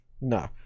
No